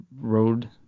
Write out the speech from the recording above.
road